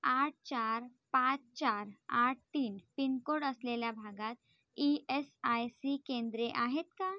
आठ चार पाच चार आठ तीन पिनकोड असलेल्या भागात ई एस आय सी केंद्रे आहेत का